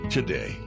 Today